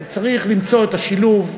צריך למצוא את השילוב.